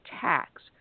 tax